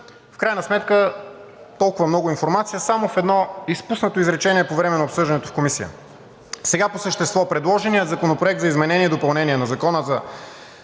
В крайна сметка толкова много информация само в едно изпуснато изречение по време на обсъждането в Комисията. Сега по същество. Предложеният Законопроект за изменение и допълнение на Закона за